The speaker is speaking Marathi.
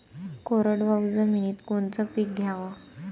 कोरडवाहू जमिनीत कोनचं पीक घ्याव?